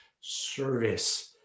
service